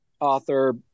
author